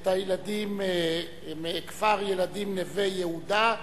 את הילדים מכפר-הילדים "נווה יהודה"